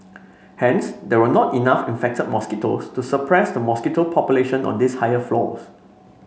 hence there were not enough infected mosquitoes to suppress the mosquito population on these higher floors